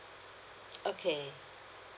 okay